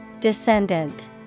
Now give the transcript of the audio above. Descendant